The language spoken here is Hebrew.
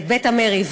את בית המריבה,